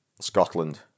Scotland